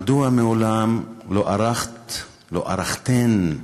מדוע מעולם לא ערכת, לא ערכתן,